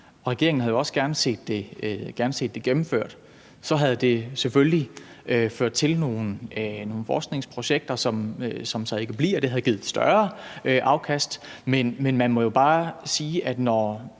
regeringen havde jo også gerne set det gennemført. Så havde det selvfølgelig ført til nogle forskningsprojekter – som så ikke bliver gennemført. Det havde givet et større afkast. Men man må jo bare sige, at når